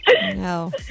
No